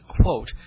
quote